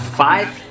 five